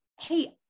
hey